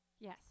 Yes